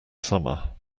summer